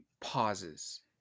pauses